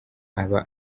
aba